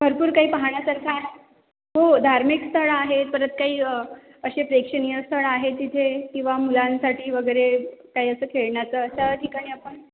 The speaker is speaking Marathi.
भरपूर काही पाहण्यासारखं आहे हो धार्मिक स्थळं आहेत परत काही असे प्रेक्षणीय स्थळं आहेत तिथे किंवा मुलांसाठी वगैरे काही असं खेळण्याचं अशा ठिकाणी आपण